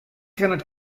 cannot